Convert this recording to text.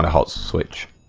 house switch